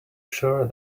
sure